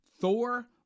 thor